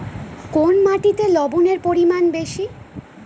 কোন মাটিতে লবণের পরিমাণ বেশি?